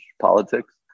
politics